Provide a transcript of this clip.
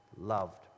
Loved